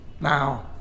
now